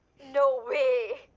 no way.